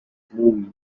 movie